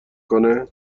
کنه